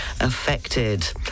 affected